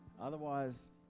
Otherwise